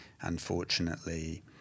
unfortunately